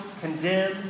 condemn